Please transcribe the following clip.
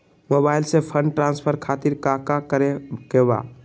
Mobile से fund transfer खातिर काका करे के बा?